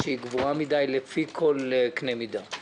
שהיא גבוהה מדי לפי כל קנה מידה.